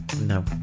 No